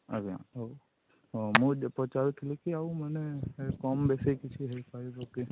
ଆଜ୍ଞା ହଉ ହଁ ମୁଁ ଯେ ପଚାରୁଥିଲି କି ଆଉ ମାନେ ହେ କମ୍ ବେଶୀ କିଛି ହୋଇପାରିବ କି